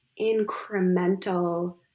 incremental